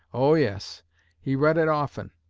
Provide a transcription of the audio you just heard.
oh, yes he read it often.